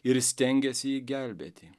ir stengiasi jį gelbėti